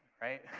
right,